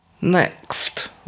Next